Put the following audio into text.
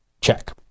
check